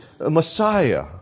Messiah